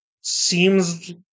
seems